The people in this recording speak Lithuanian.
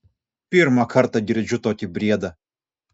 pirmą kartą girdžiu tokį briedą